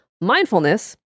Mindfulness